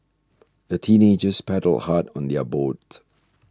the teenagers paddled hard on their boat